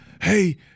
Hey